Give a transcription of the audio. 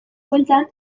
bueltan